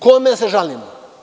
Kome da se žalimo?